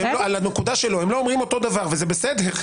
על הנקודה שלא הם לא אומרים אותו הדבר וזה בסדר.